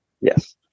Yes